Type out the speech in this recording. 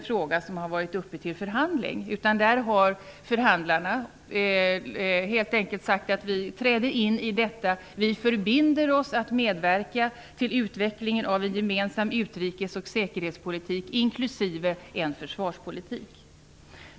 Förhandlarna säger helt enkelt att vi träder in i detta och förbinder oss att medverka till utvecklingen av en gemensam utrikes och säkerhetspolitik inklusive en försvarspolitik.